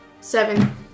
Seven